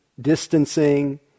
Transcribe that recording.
distancing